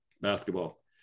basketball